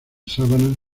sabana